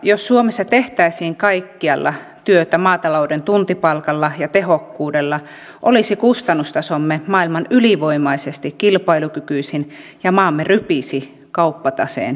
jos suomessa tehtäisiin kaikkialla työtä maatalouden tuntipalkalla ja tehokkuudella olisi kustannustasomme maailman ylivoimaisesti kilpailukykyisin ja maamme rypisi kauppataseen ylijäämässä